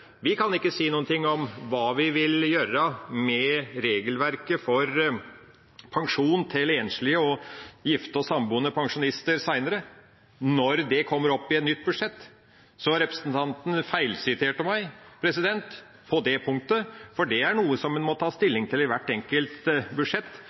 ikke kan si noe om hva vi vil gjøre med regelverket for pensjon til enslige og gifte og samboende pensjonister senere, når det kommer opp i et nytt budsjett. Så representanten feilsiterte meg på det punktet, for det er noe en må ta stilling til i hvert enkelt budsjett.